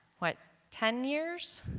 what ten years?